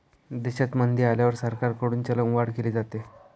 देशात मंदी आल्यावर सरकारकडून चलनवाढ केली जाते